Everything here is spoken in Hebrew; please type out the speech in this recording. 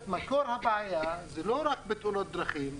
שמקור הבעיה זה לא רק בתאונות דרכים,